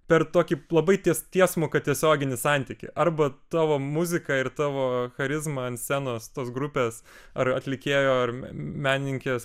per tokį labai ties tiesmuką tiesioginį santykį arba tavo muzika ir tavo charizma ant scenos tos grupės ar atlikėjo ar menininkės